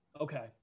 Okay